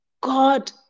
God